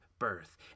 birth